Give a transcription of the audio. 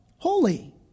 Holy